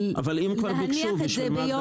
אבל אם כבר ביקשו, בשביל מה?